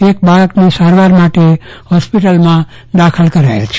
એક બાળકને સાવરાર માટે હોસ્પિટલમાં દાખલ કરેલ છે